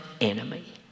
enemy